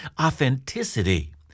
authenticity